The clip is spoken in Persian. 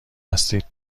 هستید